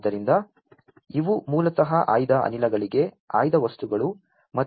ಆದ್ದರಿಂದ ಇವು ಮೂಲತಃ ಆಯ್ದ ಅನಿಲಗಳಿಗೆ ಆಯ್ದ ವಸ್ತುಗಳು